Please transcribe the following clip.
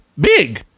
Big